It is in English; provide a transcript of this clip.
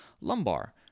lumbar